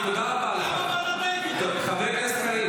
--- למה לוועדת האתיקה?